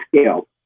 scale